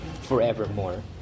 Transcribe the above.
forevermore